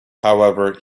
however